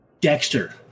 Dexter